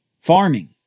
farming